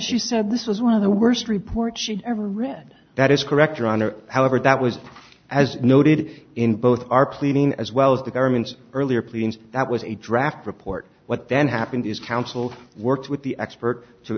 she said this was one of the worst reports she'd ever read that is correct your honor however that was as noted in both our pleading as well as the government's earlier pleadings that was a draft report what then happened is counsel worked with the expert to